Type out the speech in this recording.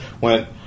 went